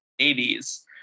80s